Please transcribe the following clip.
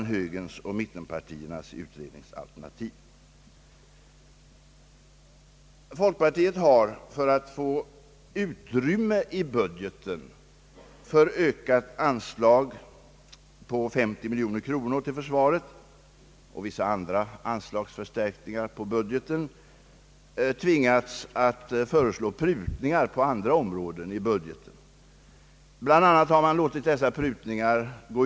Mittenpartierna har för att i budgeten få utrymme för ett ökat anslag på 50 miljoner kronor till försvaret — det gäller vissa andra anslagsförstärkningar i budgeten också, antar jag — tvingats att föreslå prutningar på andra områden i budgeten. Bland prutningarna märker man sådana på det civila försvarets sida.